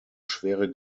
schwere